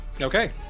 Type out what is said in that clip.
Okay